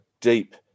deep